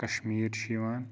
کَشمیٖر چھُ یِوان